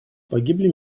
погибли